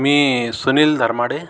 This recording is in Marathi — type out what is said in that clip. मी सुनील धरमाडे